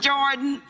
Jordan